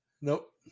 Nope